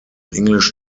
english